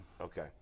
Okay